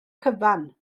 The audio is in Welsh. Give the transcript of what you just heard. cyfan